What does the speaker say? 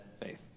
faith